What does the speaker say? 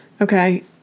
okay